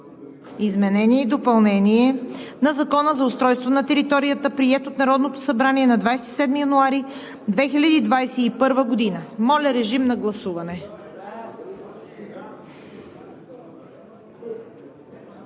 изменение и допълнение на Закона за устройство на територията, приет от Народното събрание на 27 януари 2021 г. Госпожо Ангелкова?